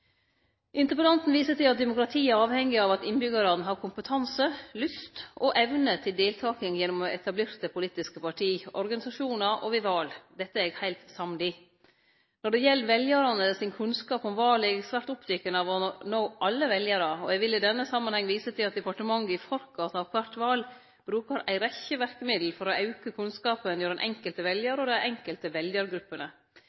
viser til at demokratiet er avhengig av at innbyggjarane har kompetanse, lyst og evne til deltaking gjennom etablerte politiske parti, organisasjonar og ved val. Dette er eg heilt samd i. Når det gjeld veljarane sin kunnskap om val, er eg svært oppteken av å nå alle veljarar, og eg vil i denne samanhengen vise til at departementet i forkant av kvart val brukar ei rekkje verkemiddel for å auke kunnskapen hjå den enkelte